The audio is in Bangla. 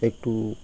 একটু